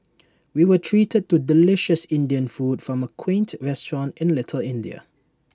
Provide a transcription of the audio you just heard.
we were treated to delicious Indian food from A quaint restaurant in little India